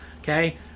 okay